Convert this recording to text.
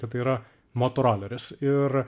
kad tai yra motoroleris ir